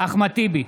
אחמד טיבי,